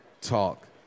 talk